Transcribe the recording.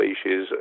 species